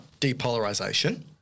depolarization